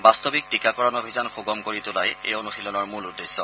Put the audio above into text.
বাস্তৱিক টীকাকৰণ অভিযান সুগম কৰি তোলাই এই অনুশীলনৰ মূল উদ্দেশ্য